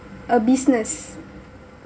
a business